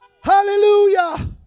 Hallelujah